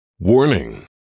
Warning